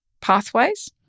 pathways